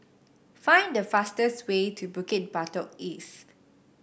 find the fastest way to Bukit Batok East